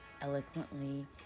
eloquently